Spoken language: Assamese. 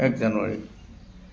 এক জানুৱাৰী